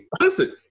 Listen